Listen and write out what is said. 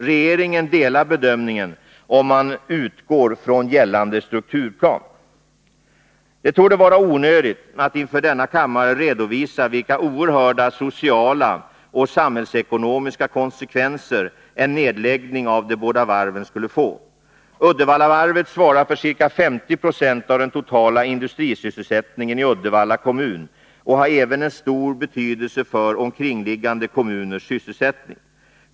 Regeringen delar bedömningen om man utgår från gällande strukturplan. Det torde vara onödigt att inför denna kammare redovisa vilka oerhörda sociala och samhällsekonomiska konsekvenser en nedläggning av de båda varven skulle få. Uddevallavarvet svarar för ca 50 20 av den totala industrisysselsättningen i Uddevalla kommun och har även stor betydelse för omkringliggande kommuners sysselsättning.